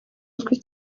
uzwi